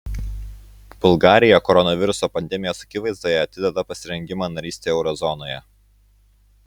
bulgarija koronaviruso pandemijos akivaizdoje atideda pasirengimą narystei euro zonoje